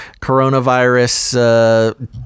coronavirus